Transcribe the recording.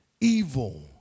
evil